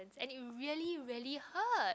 any it really really hurt